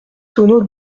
tonneau